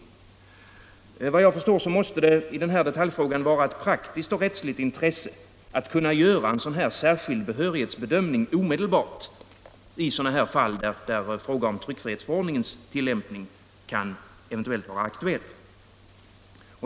Enligt vad jag förstår måste det i den här detaljfrågan vara ett praktiskt och rättsligt intresse att kunna göra en särskild behörighetsbedömning omedelbart i fall där fråga om tryckfrihetsförordningens tillämpning kan vara aktuell.